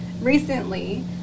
recently